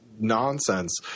nonsense